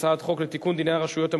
הצעת חוק לתיקון פקודת העיריות (מס' 129)